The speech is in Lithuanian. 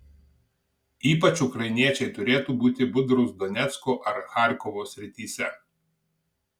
ypač ukrainiečiai turėtų būti budrūs donecko ar charkovo srityse